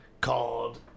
Called